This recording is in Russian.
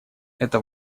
это